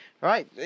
right